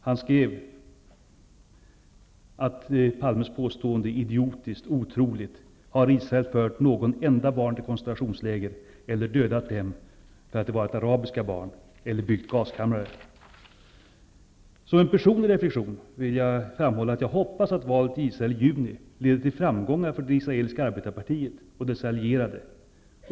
Han skrev att Palmes påstående var idiotiskt och otroligt -- ''Har Israel fört något enda barn till koncentrationsläger eller dödat dem för att de varit arabiska barn eller byggt gaskammare?''. Som en personlig reflexion vill jag framhålla att jag hoppas att valet i Israel i juni leder till framgångar för det israeliska arbetarpartiet och dess allierade.